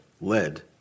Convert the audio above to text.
led